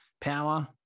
power